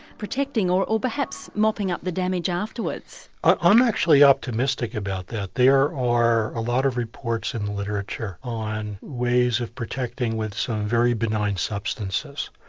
protecting or or perhaps mopping up the damage afterwards? ah i'm actually optimistic about that, there are a lot of reports in the literature on ways of protecting with some very benign substances,